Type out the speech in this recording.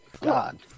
God